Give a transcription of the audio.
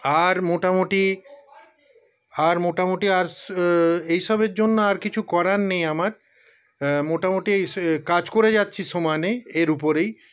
আর মোটামুটি আর মোটামুটি আর এইসবের জন্য আর কিছু করার নেই আমার মোটামুটি এই কাজ করে যাচ্ছি সমানে এর উপরেই